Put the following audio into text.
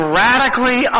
radically